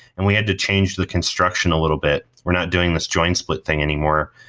and we had to change the construction a little bit. we're not doing this join split thing anymore.